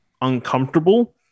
uncomfortable